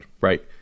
right